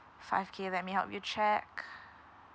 five K let me help you check